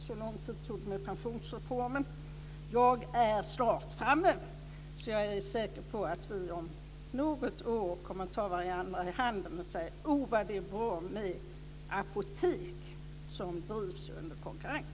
Så lång tid tog det med pensionsreformen. Jag är alltså snart framme, så jag är säker på att vi om något år kommer att ta varandra i handen och säga "o vad det är bra med apotek som drivs under konkurrens".